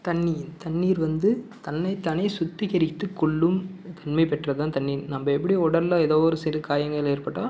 தண்ணி தண்ணீர் வந்து தன்னை தானே சுத்திகரித்து கொள்ளும் தன்மை பெற்றது தான் தண்ணீர் நம்ம எப்படி உடலில் ஏதோ ஒரு சிறு காயங்கள் ஏற்பட்டால்